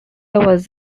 was